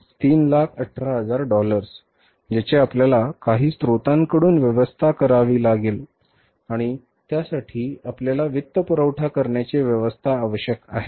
हे 318000 डॉलर्स आहे ज्याची आपल्याला काही स्त्रोतांकडून व्यवस्था करावे लागेल आणि त्यासाठी आपल्याला वित्तपुरवठा करण्याची व्यवस्था आवश्यक आहे